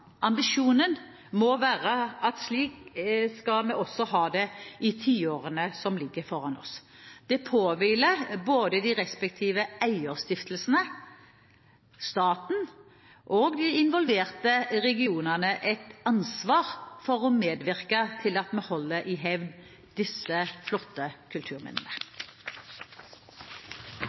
Ambisjonen må være at slik skal vi også ha det i tiårene som ligger foran oss. Det påhviler både de respektive eierstiftelsene, staten og de involverte regionene et ansvar for å medvirke til at vi holder i hevd disse flotte kulturminnene.